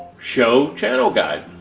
show channel guide.